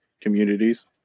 communities